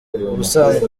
ubusanzwe